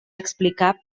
explicar